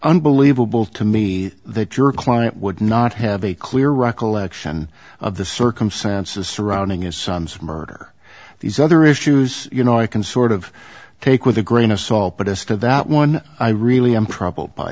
unbelievable to me that your client would not have a clear recollection of the circumstances surrounding his son's murder these other issues you know i can sort of take with a grain of salt but as to that one i really